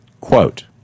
Quote